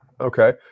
Okay